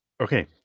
okay